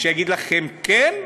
שיגיד לכם כן?